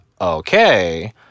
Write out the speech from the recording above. Okay